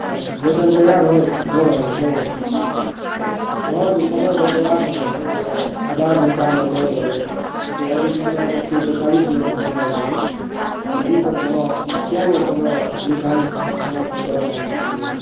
अच्छा भोजन तैआर भऽ रहल छथि तऽ अहाँ जे समय बतेबाक रहै जे आधा घण्टामे दऽ देबै से अभी समय देखिऔ पैँतालिस मिनट भऽ रहल अछि अभी तक अहाँ किएक नहि समय निर्धारित समयपर दऽ रहल छलिए हँ